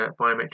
biometric